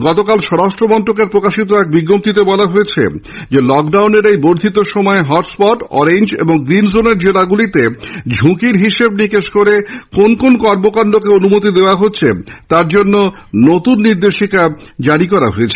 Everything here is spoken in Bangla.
গতকাল স্বরাষ্ট্রমন্ত্রকের প্রকাশিত এক বিজ্ঞপ্তিতে বলা হয়েছে লকডাউনের এই বর্ধিত সময় ইটস্পট অরেঞ্জ ও গ্রীণ জোনের জেলাগুলিতে ঝুঁকির হিসেব নিকেশ করে কোন কোন কর্মকান্ডকে অনুমতি দেওয়া হবে তার জন্য নতুন নির্দেশিকা বলবত় হতে চলেছে